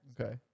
Okay